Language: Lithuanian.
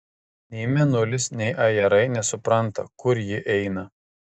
nei mėnulis nei ajerai nesupranta kur ji eina